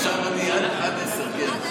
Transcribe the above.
עד 10:00. כן.